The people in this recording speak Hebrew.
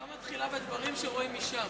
התשובה מתחילה ב"דברים שרואים משם".